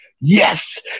yes